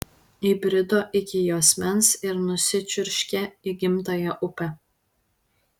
įbrido iki juosmens ir nusičiurškė į gimtąją upę